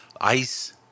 ice